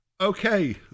okay